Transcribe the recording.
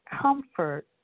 comfort